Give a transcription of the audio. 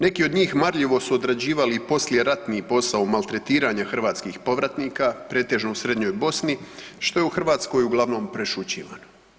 Neki od njih marljivo su odrađivali poslijeratni posao maltretiranja hrvatskih povratnika pretežno u srednjoj Bosni što je u Hrvatskoj uglavnom prešućivano.